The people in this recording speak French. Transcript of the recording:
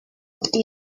vivent